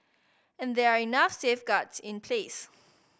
and there are enough safeguards in place